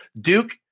Duke